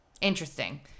Interesting